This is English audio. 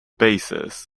basis